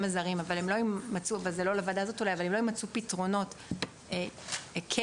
הזרים אבל אם לא יימצאו פתרונות - ואולי זה לא